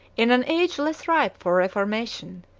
in an age less ripe for reformation,